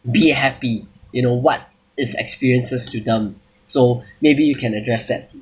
be happy you know what is experiences to them so maybe you can address that